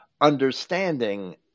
understanding